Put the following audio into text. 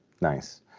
nice